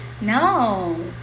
No